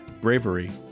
bravery